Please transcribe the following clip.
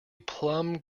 plumb